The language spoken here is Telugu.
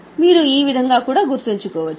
మీరు ఈ విధంగా కూడా గుర్తుంచుకోవచ్చు